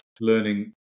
learning